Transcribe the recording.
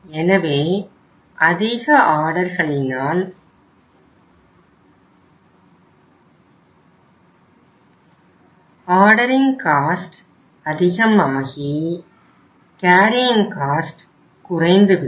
எனவே அதிக ஆர்டர்களினால் ஆர்டரிங் காஸ்ட் குறைந்துவிடும்